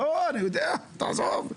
לא, אני יודע, תעזוב.